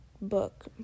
book